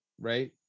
Right